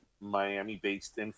Miami-based